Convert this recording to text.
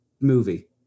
movie